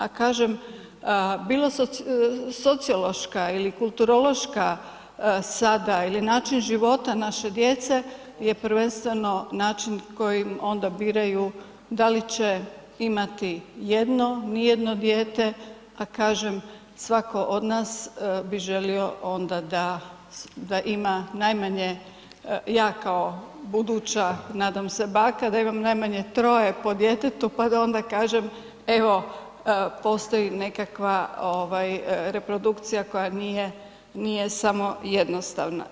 A kažem, bilo sociološka ili kulturološka sada ili način života naše djece je prvenstveno način kojim onda biraju da li će imati jedno, ni jedno dijete, a kažem svatko od nas bi želio onda da ima najmanje, ja kao buduća nadam se baka da imam najmanje troje po djetetu pa da onda kažem evo postoji nekakva reprodukcija nije samo jednostavna.